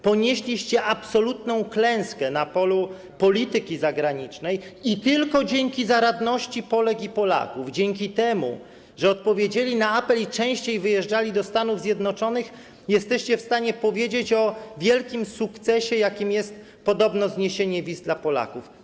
Ponieśliście absolutną klęskę na polu polityki zagranicznej i tylko dzięki zaradności Polek i Polaków, dzięki temu, że odpowiedzieli na apel i częściej wyjeżdżali do Stanów Zjednoczonych, jesteście w stanie powiedzieć o wielkim sukcesie, jakim jest podobno zniesienie wiz dla Polaków.